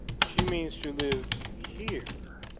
she means to live here.